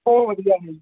ਬਹੁਤ ਵਧੀਆ ਜੀ